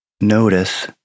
notice